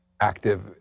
active